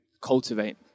cultivate